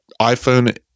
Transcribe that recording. iphone